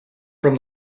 from